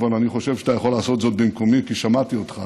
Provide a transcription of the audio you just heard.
אבל אני חושב שאתה יכול לעשות זאת במקומי כי שמעתי אותך